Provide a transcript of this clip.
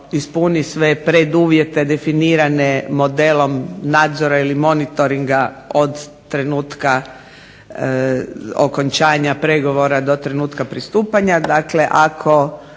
ispuni sve preduvjete definirane modelom nadzora ili monitoringa od trenutka okončanja pregovora do trenutka pristupanja,